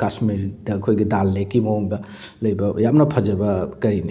ꯀꯥꯁꯃꯤꯔꯗ ꯑꯩꯈꯣꯏꯒꯤ ꯗꯥꯜ ꯂꯦꯛꯀꯤ ꯃꯑꯣꯡꯗ ꯂꯩꯕ ꯌꯥꯝꯅ ꯐꯖꯕ ꯀꯔꯤꯅꯤ